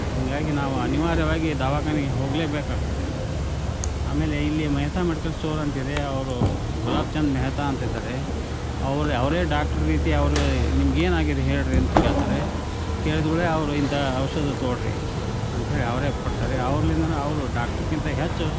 ಹೀಗಾಗಿ ನಾವು ಅನಿವಾರ್ಯವಾಗಿ ದವಾಖಾನೆಗೆ ಹೋಗಲೇಬೇಕಾಗ್ತದೆ ಆಮೇಲೆ ಇಲ್ಲಿ ಮೆಹ್ತಾ ಮೆಡಿಕಲ್ ಸ್ಟೋರ್ ಅಂತಿದೆ ಅವರು ಗುಲಾಬ್ ಚಂದ್ ಮೆಹ್ತಾ ಅಂತ ಇದ್ದಾರೆ ಅವರೇ ಡಾಕ್ಟರ್ ರೀತಿ ಅವರೇ ನಿಮಗೆ ಏನಾಗಿದೆ ಹೇಳಿ ಅಂತ ಕೇಳ್ತಾರೆ ಕೇಳಿದ ಕೂಡಲೇ ಅವರು ಇಂತಹ ಔಷಧ ತಗೊಳ್ರಿ ಅಂತೇಳಿ ಅವರೇ ಕೊಡ್ತಾರೆ ಅವರಿಂದ ಅವರು ಡಾಕ್ಟರ್ಗಿಂತ ಹೆಚ್ಚು